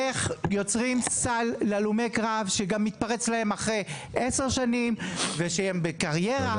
איך יוצרים סל להלומי קרב שגם מתפרץ להם אחרי 10 שנים ושהם בקריירה?